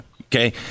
okay